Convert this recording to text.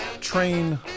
Train